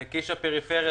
הפריפריה,